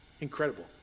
Incredible